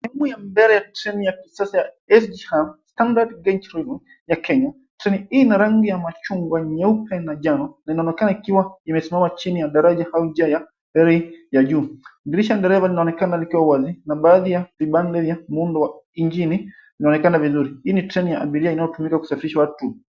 Sehemu ya mbele ya treni ya kisasa ya SGR, Standard Gauge Railway ya Kenya. Treni hii ina rangi ya machungwa, nyeupe na njano. Linalonekana ikiwa imesimama chini ya daraja ya juu. Dereva anaonekana akiwa wazi na baadhi ya vibanda vya muundo wa injini inaoekana vizuri. Hii ni treni ya abiria inayotumika kusafirisha watu.